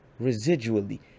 residually